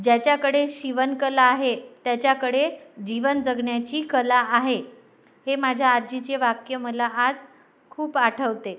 ज्याच्याकडे शिवणकला आहे त्याच्याकडे जीवन जगण्याची कला आहे हे माझ्या आजीचे वाक्य मला आज खूप आठवते आहे